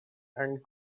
and